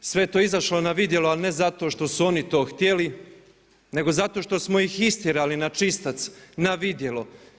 Sve je je to izašlo na vidjelo ali ne zato što su oni to htjeli nego zato što smo ih istjerali na čistac, na vidjelo.